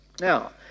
Now